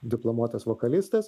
diplomuotas vokalistas